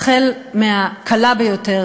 החל בקלה ביותר,